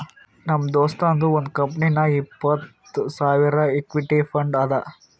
ನಮ್ ದೋಸ್ತದು ಒಂದ್ ಕಂಪನಿನಾಗ್ ಇಪ್ಪತ್ತ್ ಸಾವಿರ್ ಇಕ್ವಿಟಿ ಫಂಡ್ ಅದಾ